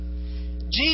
Jesus